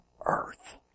earth